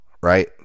right